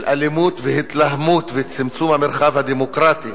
של אלימות והתלהמות וצמצום המרחב הדמוקרטי,